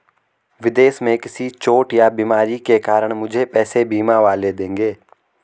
विदेश में किसी चोट या बीमारी के कारण मुझे पैसे बीमा वाले देंगे